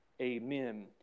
Amen